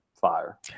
fire